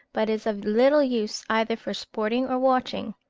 but is of little use either for sporting or watching.